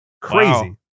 crazy